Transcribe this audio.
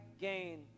gain